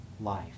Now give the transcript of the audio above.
life